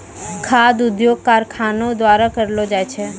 खाद्य उद्योग कारखानो द्वारा करलो जाय छै